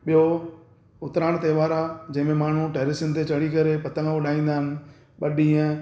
ॿियों उतराण त्योहार आ्हे जंहिंमे माण्हू टेरिसनि ते चढ़ी करे पतंगा उड़ाईंदा आहिनि ॿ ॾींहं